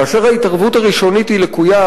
כאשר ההתערבות הראשונית לקויה,